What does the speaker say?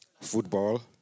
football